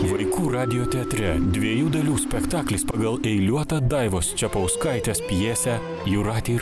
vaikų radijo teatre dviejų dalių spektaklis pagal eiliuotą daivos čepauskaitės pjesę jūratė ir